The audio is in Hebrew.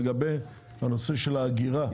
לגבי הנושא של האגירה,